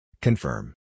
Confirm